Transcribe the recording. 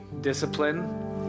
discipline